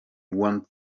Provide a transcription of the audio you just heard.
one